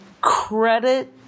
credit